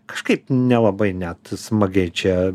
kažkaip nelabai net smagiai čia